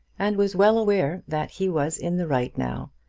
and was well aware that he was in the right now,